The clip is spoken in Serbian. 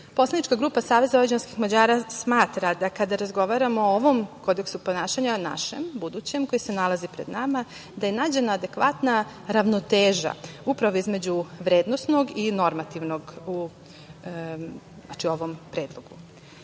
Poslanička grupa Savez vojvođanskih Mađara smatra da kada razgovaramo o ovom kodeksu ponašanja, našem budućem, koji se nalazi pred nama, da je nađena adekvatna ravnoteža upravo između vrednosnog i normativnog u ovom Predlogu. Kada